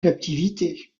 captivité